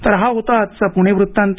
तर हा होता आजचा पुणे वृत्तांत